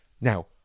Now